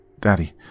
Daddy